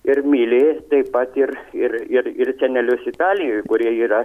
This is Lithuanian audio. ir myli taip pat ir ir ir ir senelius italijoj kurie yra